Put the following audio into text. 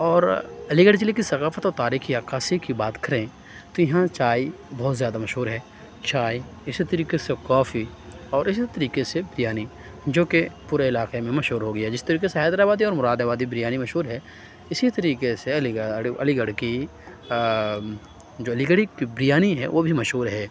اور علی گڑھ ضلع کی ثقافت اور تاریخی عکاسی کی بات کریں تو یہاں چائے بہت زیادہ مشہور ہے چائے اِسی طریقے سے کافی اور اِسی طریقے سے بریانی جو کہ پورے علاقے میں مشہور ہو گیا جس طریقے سے حیدرآبادی اور مرادابادی بریانی مشہور ہے اِسی طریقے سے علی علی گڑھ کی جو علی گڑھی کی بریانی ہے وہ بھی مشہور ہے